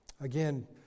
Again